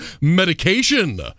Medication